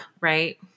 right